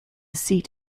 seat